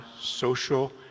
social